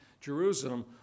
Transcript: Jerusalem